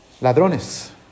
ladrones